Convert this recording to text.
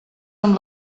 amb